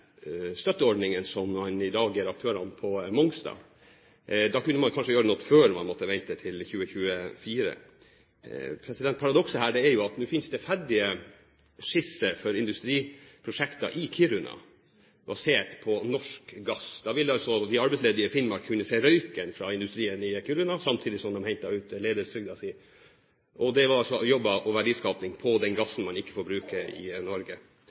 som man i dag gir aktørene på Mongstad. Da kunne man kanskje gjøre noe før 2024. Paradokset her er at nå finnes det ferdige skisser for industriprosjekter i Kiruna, basert på norsk gass. Da ville altså de arbeidsledige i Finnmark kunne se røyken fra industrien i Kiruna, samtidig som de hentet ut ledighetstrygden sin – og det var altså jobber og verdiskaping fra den gassen man ikke får bruke i Norge.